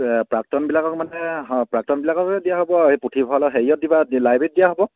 প্ৰাক্তনবিলাকক মানে প্ৰাক্তনবিলাককে দিয়া হ'ব আৰু এই পুথিভঁৰালত হেৰিত দিবা লাইব্ৰেৰীত দিয়া হ'ব